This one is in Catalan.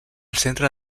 centre